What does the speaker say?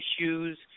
issues